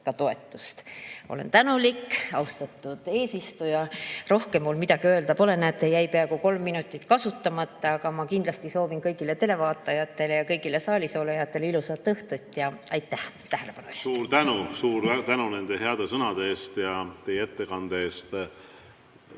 ka toetust. Olen tänulik! Austatud eesistuja, rohkem mul midagi öelda pole. Näete, jäi peaaegu kolm minutit kasutamata. Aga ma kindlasti soovin kõigile televaatajatele ja kõigile saalis olijatele ilusat õhtut ja aitäh tähelepanu eest! Suur tänu nende heade sõnade eest ja teie ettekande eest!